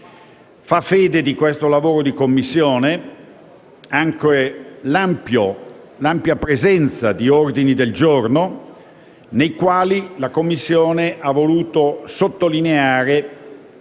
Fa fede di questo lavoro di Commissione anche l'ampia presenza di ordini del giorno, nei quali la Commissione ha voluto sottolineare